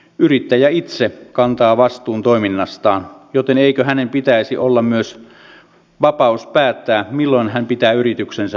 yrittäjä itse kantaa vastuun toiminnastaan joten eikö hänellä pitäisi olla myös vapaus päättää milloin hän pitää yrityksensä avoinna